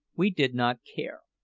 we did not care.